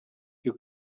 you